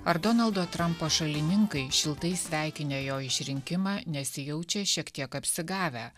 ar donaldo trampo šalininkai šiltai sveikinę jo išrinkimą nesijaučia šiek tiek apsigavę